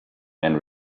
and